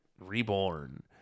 reborn